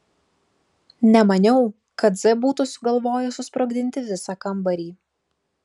nemaniau kad z būtų sugalvojęs susprogdinti visą kambarį